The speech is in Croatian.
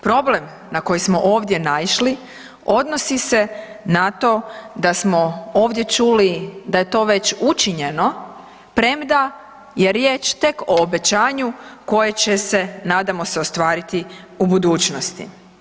Problem na koji smo ovdje naišli, odnosi se na to da smo ovdje čuli da je to već učinjeno premda je riječ tek o obećanju koje će se nadamo se ostvariti u budućnosti.